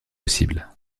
possible